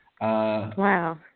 Wow